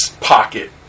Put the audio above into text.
pocket